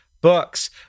Books